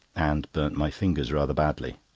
and burnt my fingers rather badly.